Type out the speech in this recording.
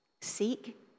Seek